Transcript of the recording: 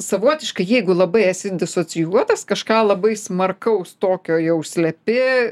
savotiškai jeigu labai esi disocijuotas kažką labai smarkaus tokio jau slepi